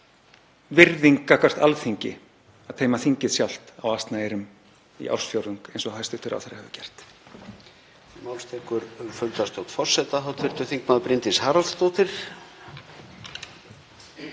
virðing gagnvart Alþingi að teyma þingið sjálft á asnaeyrum í ársfjórðung eins og hæstv. ráðherra hefur gert.